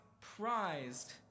prized